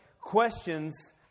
questions